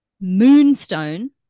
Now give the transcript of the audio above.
moonstone